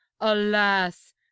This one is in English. alas